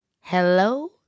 Hello